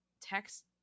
text